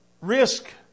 risk